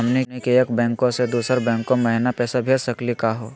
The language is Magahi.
हमनी के एक बैंको स दुसरो बैंको महिना पैसवा भेज सकली का हो?